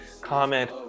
comment